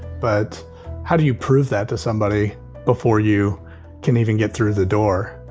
but how do you prove that to somebody before you can even get through the door?